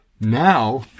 Now